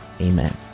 amen